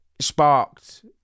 sparked